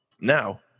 Now